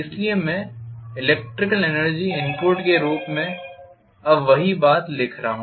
इसलिए मैं electrical energy input के रूप में अब वही बात लिख रहा हूं